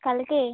କାଲ୍କେ